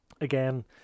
again